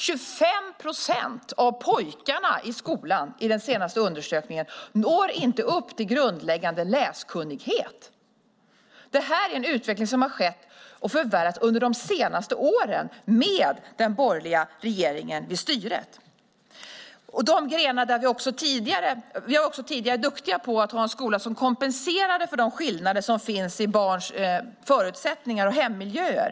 25 procent av pojkarna i skolan når enligt den senaste undersökningen inte upp till en grundläggande läskunnighet. Denna utveckling har skett och förvärrats under de senaste åren med den borgerliga regeringen vid styret. Tidigare var vi duktiga på att ha en skola som kompenserade för de skillnader som finns i fråga om barns förutsättningar och hemmiljöer.